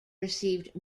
received